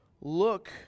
look